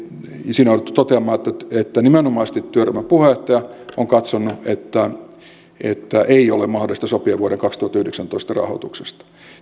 on jouduttu toteamaan että nimenomaisesti työryhmän puheenjohtaja on katsonut että ei ole mahdollista sopia vuoden kaksituhattayhdeksäntoista rahoituksesta